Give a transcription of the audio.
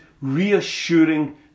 reassuring